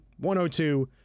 102